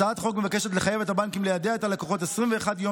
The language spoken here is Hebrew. הצעת החוק מבקשת לחייב את הבנקים ליידע את הלקוחות 21 יום